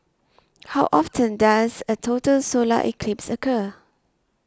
how often does a total solar eclipse occur